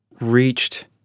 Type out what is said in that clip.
reached